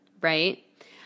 right